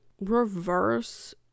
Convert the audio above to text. reverse